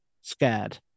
scared